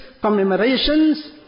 commemorations